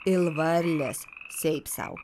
il varlės siaip sau